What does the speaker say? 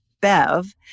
Bev